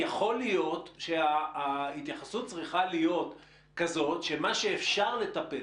יכול להיות שההתייחסות צריכה להיות כזאת שמה שאפשר לטפל